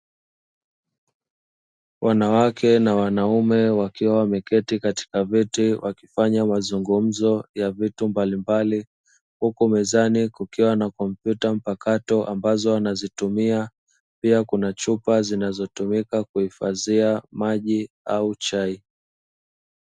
Wanawake na wanaume wakiwa wameketi katika viti, wakifanya mazungumzo ya vitu mbalimbali. Huku mezani kukiwa na kompyuta mpakato ambazo wanazitumia. Pia kuna chupa zinazotumika kuhifadhia maji au chai.